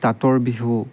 তাঁতৰ বিহু